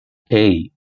hey